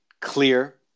clear